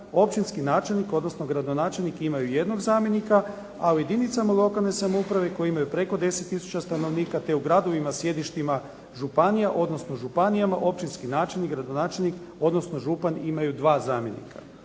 općinski načelnik, odnosno gradonačelnik imaju jednog zamjenika, a u jedinicama lokalne samouprave koje imaju preko 10 tisuća stanovnika, te u gradovima sjedištima županija, odnosno županijama, općinski načelnik, gradonačelnik, odnosno župan imaju dva zamjenika.